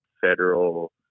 federal